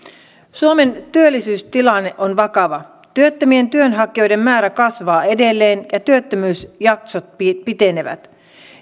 suomen työllisyystilanne on vakava työttömien työnhakijoiden määrä kasvaa edelleen ja työttömyysjaksot pitenevät